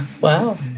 Wow